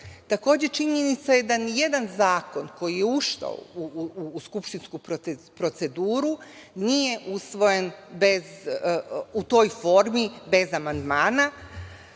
činjenica je da nijedan zakon koji je ušao u skupštinsku proceduru nije usvojen u toj formi bez amandmana,